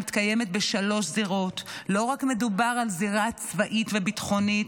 מתקיימת בשלוש זירות: לא מדובר רק על צבאית וביטחונית,